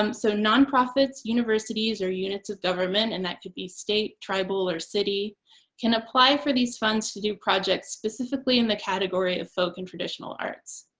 um so nonprofits, universities, or units of government and that could be state, tribal, or city can apply for these funds to do projects specifically in the category of folk and traditional arts.